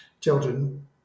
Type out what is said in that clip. children